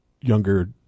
younger